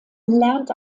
lernt